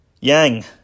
Yang